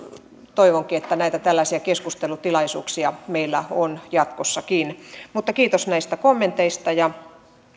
toivonkin että näitä tällaisia keskustelutilaisuuksia meillä on jatkossakin kiitos näistä kommenteista